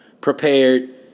prepared